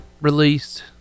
released